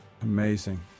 Amazing